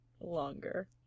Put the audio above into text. longer